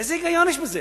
איזה היגיון יש בזה?